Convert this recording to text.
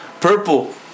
Purple